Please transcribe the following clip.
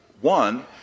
One